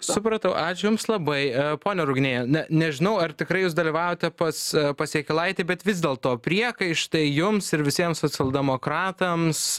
supratau ačiū jums labai ponia ruginie ne nežinau ar tikrai jūs dalyvavote pas pas jakilaitį bet vis dėlto priekaištai jums ir visiems socialdemokratams